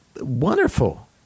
Wonderful